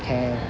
can